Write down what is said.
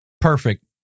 Perfect